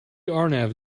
arnav